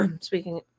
speaking